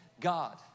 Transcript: God